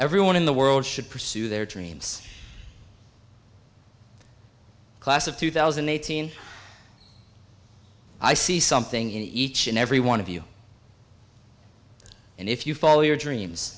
everyone in the world should pursue their dreams class of two thousand and eighteen i see something in each and every one of you and if you follow your dreams